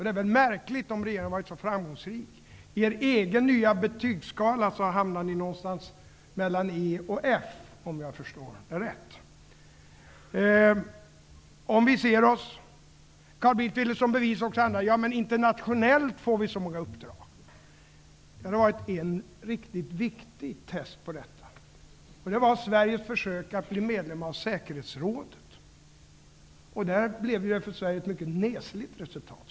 Det är väl märkligt, om nu regeringen har varit så framgångsrik. Med er egen nya betygsskala hamnar ni någonstans mellan E och F, om jag förstått saken rätt. Som bevis ville Carl Bildt anföra att Sverige internationellt får så många uppdrag. Det har gjorts en riktigt viktig test av detta. Det var Sveriges försök att bli medlem av säkerhetsrådet. Där blev det ett för Sverige mycket nesligt resultat.